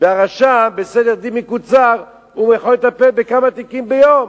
והרשם בסדר-דין מקוצר יכול לטפל בכמה תיקים ביום.